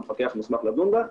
המפקח מוסמך לדון בה.